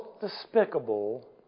despicable